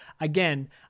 Again